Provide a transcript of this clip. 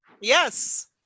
yes